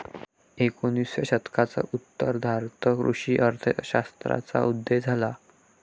एकोणिसाव्या शतकाच्या उत्तरार्धात कृषी अर्थ शास्त्राचा उदय झाला